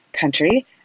country